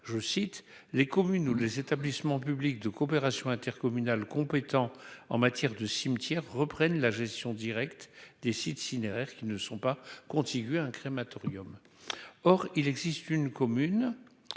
loi, les communes ou les établissements publics de coopération intercommunale compétents en matière de cimetières reprennent la gestion directe des sites cinéraires qui ne sont pas contigus à un crématorium ».